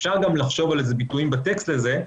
אפשר גם לחשוב על ביטויים בטקסט הזה,